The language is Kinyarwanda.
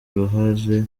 uruhare